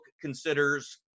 considers